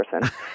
person